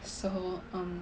so um